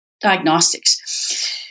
diagnostics